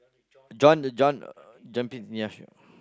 John the John jumping ya sure